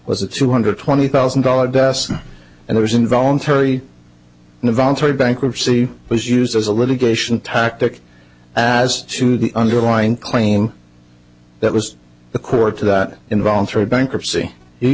was a two hundred twenty thousand dollars desk and it was involuntary involuntary bankruptcy was used as a litigation tactic as to the underlying claim that was the court to that involuntary bankruptcy you